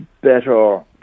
better